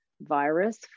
virus